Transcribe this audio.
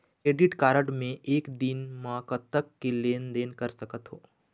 Credit card मे एक दिन म कतक के लेन देन कर सकत हो?